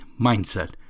mindset